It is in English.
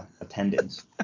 attendance